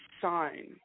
sign